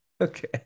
Okay